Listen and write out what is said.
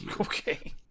okay